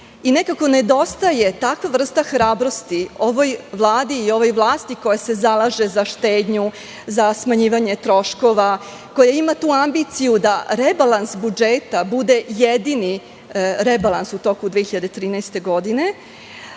Nekako nedostaje takva vrsta hrabrosti ovoj Vladi i ovoj vlasti koja se zalaže za štednju, za smanjivanje troškova, koja ima tu ambiciju da rebalans budžeta bude jedini rebalans u toku 2013. godine.